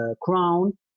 crown